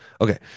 Okay